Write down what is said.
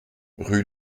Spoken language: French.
rue